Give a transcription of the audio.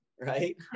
Right